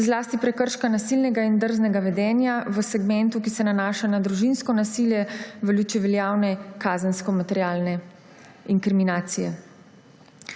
zlasti prekrška nasilnega in drznega vedenja v segmentu, ki se nanaša na družinsko nasilje, v luči veljavne kazenske materialne inkriminacije.